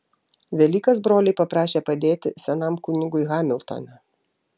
velykas broliai paprašė padėti senam kunigui hamiltone